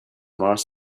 more